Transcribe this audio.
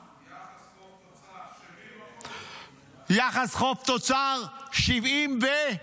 יחס חוב תוצר 70%. יחס חוב תוצר 70 ו-?